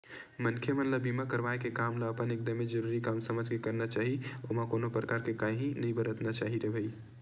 मनखे मन ल बीमा करवाय के काम ल अपन एकदमे जरुरी काम समझ के करना चाही ओमा कोनो परकार के काइही नइ बरतना चाही रे भई